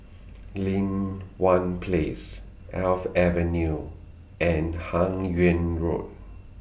Lin Hwan Place Alps Avenue and Hun Yeang Road